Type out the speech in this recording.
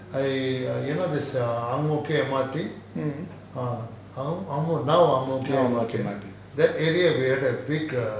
mm now ang mo kio M_R_T